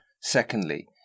Secondly